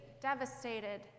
devastated